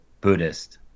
Buddhist